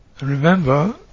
remember